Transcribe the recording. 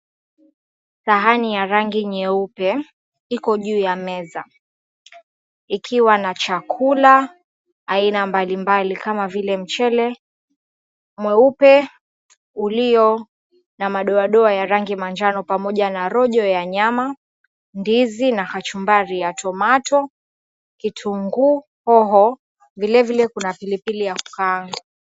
Sahani ya rangi nyeupe iko juu ya meza. Ikiwa na chakula aina mbalimbali kama vile mchele mweupe ulio na madoadoa ya rangi manjano, pamoja na rojo ya nyama, ndizi na kachumbari ya tomato , kitunguu, hoho. Vilevile kuna pilipili ya kukaanga.